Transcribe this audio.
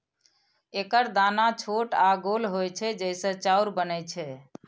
एकर दाना छोट आ गोल होइ छै, जइसे चाउर बनै छै